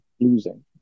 losing